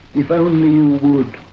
if only you would.